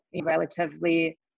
relatively